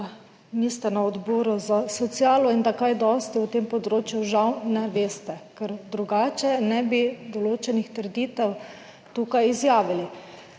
da niste na odboru za socialo in da kaj dosti o tem področju žal ne veste, ker drugače ne bi določenih trditev tukaj izjavil.